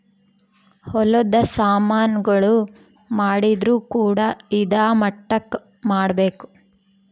ಹೊಲದ ಸಾಮನ್ ಗಳು ಮಾಡಿದ್ರು ಕೂಡ ಇದಾ ಮಟ್ಟಕ್ ಮಾಡ್ಬೇಕು